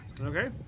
Okay